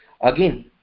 again